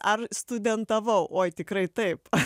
ar studentavau oi tikrai taip